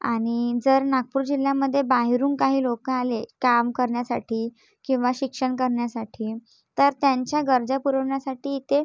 आणि जर नागपूर जिल्ह्यामध्ये बाहेरून काही लोक आले काम करण्यासाठी किंवा शिक्षण करण्यासाठी तर त्यांच्या गरजा पुरवण्यासाठी ते